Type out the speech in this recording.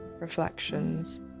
Reflections